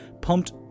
pumped